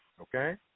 Okay